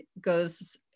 goes